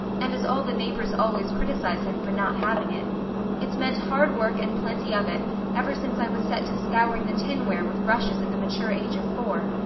and as all the neighbours always criticize him for not having it it's meant hard work and plenty of it ever since i was set to scouring the tinware with rushes at the mature age of four,